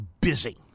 busy